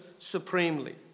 supremely